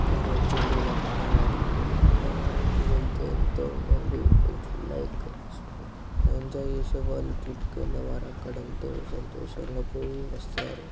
ఇంకా వచ్చి లక్నవరం లక్నవరంకి వెళ్తే ఎంతోమంది ఇట్లా లైక్ ఎంజాయ్ చేసే వాళ్ళు ట్రిప్కి వెళ్ళే వారు అక్కడ ఎంతో సంతోషంగా పోయి వస్తారు